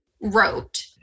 wrote